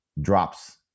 drops